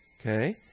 Okay